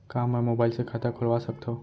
का मैं मोबाइल से खाता खोलवा सकथव?